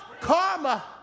Karma